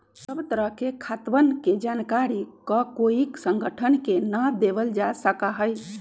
सब तरह के खातवन के जानकारी ककोई संगठन के ना देवल जा सका हई